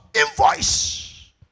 invoice